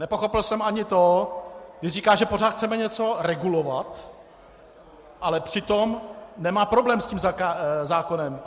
Nepochopil jsem ani to, když říká, že pořád chceme něco regulovat, ale přitom nemá problém s tím zákonem.